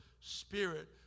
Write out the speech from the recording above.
spirit